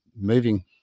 moving